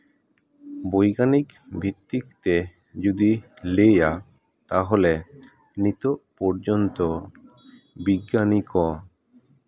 ᱵᱳᱭᱜᱟᱱᱤᱠ ᱵᱷᱤᱛᱛᱤᱠ ᱛᱮ ᱡᱩᱫᱤ ᱞᱟᱹᱭᱟ ᱛᱟᱦᱚᱞᱮ ᱱᱤᱛᱚᱜ ᱯᱚᱨᱡᱚᱱᱛᱚ ᱵᱤᱜᱽᱜᱟᱱᱤ ᱠᱚ